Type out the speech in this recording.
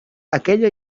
aquella